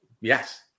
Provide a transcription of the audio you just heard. yes